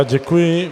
Děkuji.